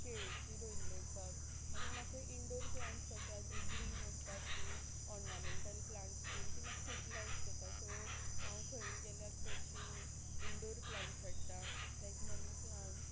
केळेची रोयल्ली आसात आनी म्हाका इनडोर प्लांट्स आसा जी ग्रीन आसता ती ऑर्नामेंटल प्लांट्स बीन ती म्हाका खूब लायक जाता सो हांव खंय गेल्यार चडशीं इन्डोर प्लांट्स हाडटा लायक मनी प्लांट